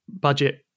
budget